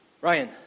Ryan